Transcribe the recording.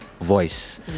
voice